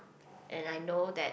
and I know that